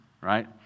Right